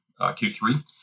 Q3